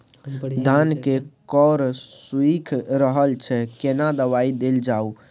धान के कॉर सुइख रहल छैय केना दवाई देल जाऊ?